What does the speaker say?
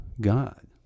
God